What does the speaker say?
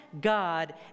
God